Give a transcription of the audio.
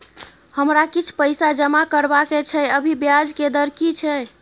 हमरा किछ पैसा जमा करबा के छै, अभी ब्याज के दर की छै?